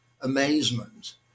amazement